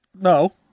No